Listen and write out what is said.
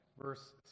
verse